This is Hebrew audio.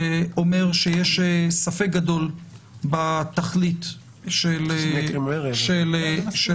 שאומר שיש ספק גדול בתכלית של התקנות.